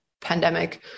pandemic